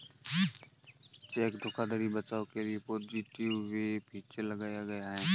check धोखाधड़ी बचाव के लिए पॉजिटिव पे फीचर लाया गया है